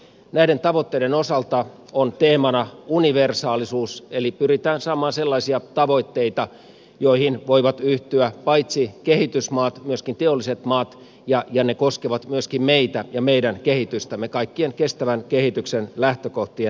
näiden tavoitteiden osalta on teemana universaalisuus eli pyritään saamaan sellaisia tavoitteita joihin voivat yhtyä paitsi kehitysmaat myöskin teolliset maat ja ne koskevat myöskin meitä ja meidän kehitystämme kaikkien kestävän kehityksen lähtökohtien mukaisesti